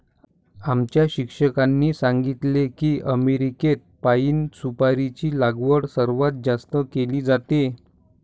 आमच्या शिक्षकांनी सांगितले की अमेरिकेत पाइन सुपारीची लागवड सर्वात जास्त केली जाते